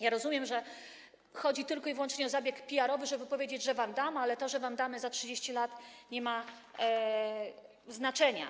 Ja rozumiem, że chodzi tylko i wyłącznie o zabieg PR-owy, o to, żeby powiedzieć, że damy wam, ale to, że damy wam za 30 lat, nie ma już znaczenia.